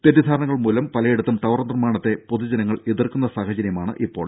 തെറ്റിദ്ധാരണകൾ മൂലം പലയിടത്തും ടവർ നിർമ്മാണത്തെ പൊതുജനങ്ങൾ എതിർക്കുന്ന സാഹചര്യമാണ് ഇപ്പോൾ